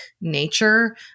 nature